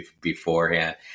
beforehand